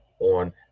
on